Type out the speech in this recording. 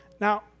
Now